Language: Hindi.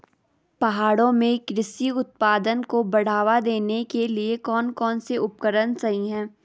पहाड़ों में कृषि उत्पादन को बढ़ावा देने के लिए कौन कौन से उपकरण सही हैं?